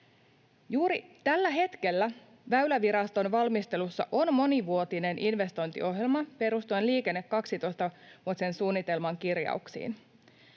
Juuri tällä hetkellä Väyläviraston valmistelussa on monivuotinen investointiohjelma perustuen Liikenne 12 ‑suunnitelman kirjauksiin.